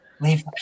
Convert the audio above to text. Leave